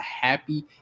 happy